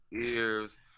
ears